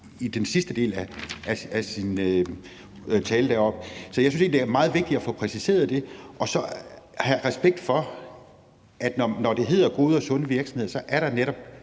i den sidste del af sin tale. Så jeg synes egentlig, det er meget vigtigt at få præciseret det og så have respekt for, at når det hedder gode og sunde virksomheder, så er der netop